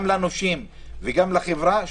גם לנושים וגם לחברה,